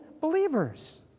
believers